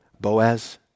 Boaz